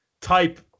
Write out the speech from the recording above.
type